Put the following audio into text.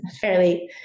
fairly